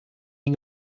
den